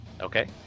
okay